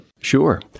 Sure